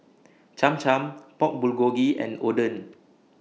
Cham Cham Pork Bulgogi and Oden